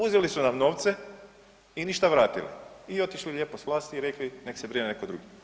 Uzeli su nam novce i ništa vratili i otišli lijepo s vlasti i rekli nek se brine neko drugi.